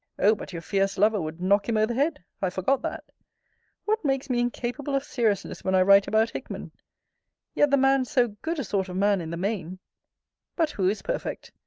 o but your fierce lover would knock him o' the head i forgot that what makes me incapable of seriousness when i write about hickman yet the man so good a sort of man in the main but who is perfect?